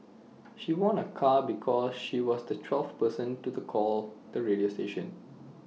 she won A car because she was the twelfth person to the call the radio station